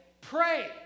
pray